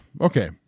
Okay